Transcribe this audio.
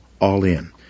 all-in